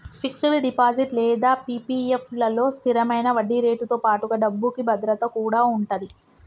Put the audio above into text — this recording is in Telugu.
ఫిక్స్డ్ డిపాజిట్ లేదా పీ.పీ.ఎఫ్ లలో స్థిరమైన వడ్డీరేటుతో పాటుగా డబ్బుకి భద్రత కూడా ఉంటది